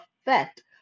effect